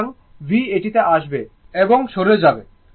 সুতরাং v এটিতে আসবে এবং সরে যাবে